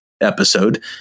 episode